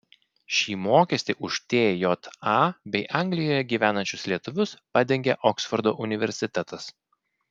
šį mokestį už tja bei anglijoje gyvenančius lietuvius padengė oksfordo universitetas